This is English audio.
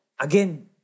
again